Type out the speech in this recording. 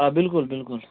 آ بِلکُل بِلکُل